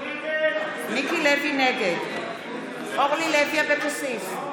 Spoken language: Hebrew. נגד אורלי לוי אבקסיס,